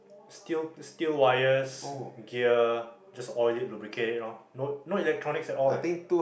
steel steel wires gear just oil it lubricate it ah no no electronics at all ah